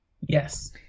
yes